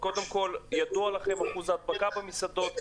ידוע לכם אחוז ההדבקה במסעדות?